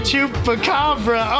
Chupacabra